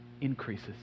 increases